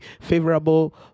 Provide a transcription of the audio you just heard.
favorable